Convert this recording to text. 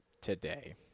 today